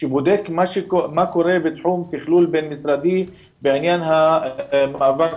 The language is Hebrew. שבודק מה קורה בתחום תכלול בין-משרדי בעניין המאבק